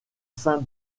sein